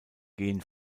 gen